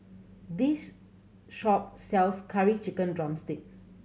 this shop sells Curry Chicken drumstick